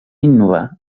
innovar